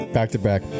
Back-to-back